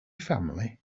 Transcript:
family